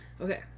okay